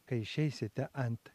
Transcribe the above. kai išeisite ant